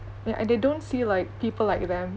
ya and they don't see like people like them